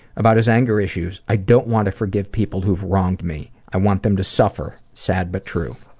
about his anger issues, i don't want to forgive people who've wronged me. i want them to suffer. sad but true.